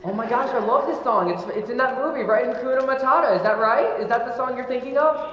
and my gosh, i love this song. and it did not movie right include oh matata, is that right? is that the song you're thinking of?